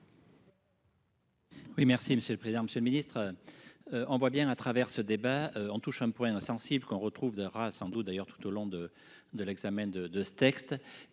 Oui, merci Monsieur. Le président, Monsieur le Ministre. On voit bien à travers ce débat on touche un point sensible qu'on retrouve. Sans doute d'ailleurs tout au long de de l'examen de ce texte